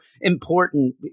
important